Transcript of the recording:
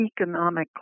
economically